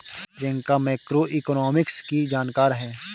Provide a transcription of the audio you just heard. Priyanka macroeconomics की जानकार है